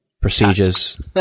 procedures